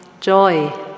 joy